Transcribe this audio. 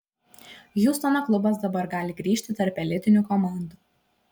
hjustono klubas dabar gali grįžti tarp elitinių komandų